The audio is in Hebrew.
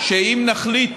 שאם נחליט